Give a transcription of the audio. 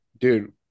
Dude